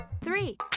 Three